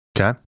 Okay